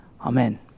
amen